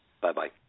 Bye-bye